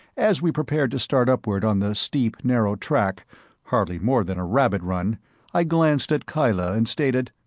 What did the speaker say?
as we prepared to start upward on the steep, narrow track hardly more than a rabbit-run i glanced at kyla and stated,